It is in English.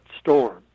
Storm